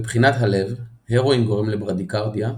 מבחינת הלב הרואין גורם לברדיקרדיה וקוקאין,